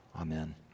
Amen